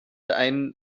einen